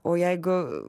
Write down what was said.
o jeigu